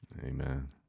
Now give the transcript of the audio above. Amen